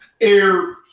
air